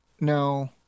No